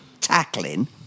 tackling